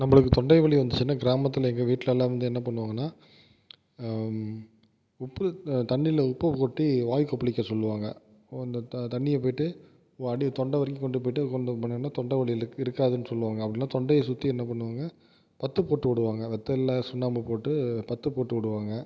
நம்மளுக்கு தொண்டை வலி வந்துச்சுனா கிராமத்துல எங்கள் வீட்லலாம் வந்து என்ன பண்ணுவாங்கன்னா உப்பு தண்ணியில் உப்பை கொட்டி வாய் கொப்பளிக்க சொல்லுவாங்கள் வந்துட்டு தண்ணிய போயிட்டு அடி தொண்டை வரைக்கும் கொண்டு போயிட்டு இது பண்ணீங்கன்னா தொண்டை வலி இருக்காதுனு சொல்வாங்க அப்டி இல்லனா தொண்டையை சுற்றி என்ன பண்ணுவாங்கள் பத்து போட்டு விடுவாங்க முதல்ல சுண்ணாம்பு போட்டு பத்து போட்டு விடுவாங்க